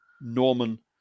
Norman